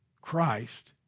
Christ